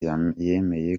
yemeye